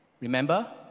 remember